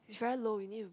it's very low you need to